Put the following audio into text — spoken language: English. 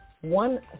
one